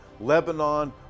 Lebanon